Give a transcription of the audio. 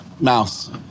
Mouse